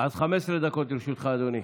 15 דקות לרשותך, אדוני.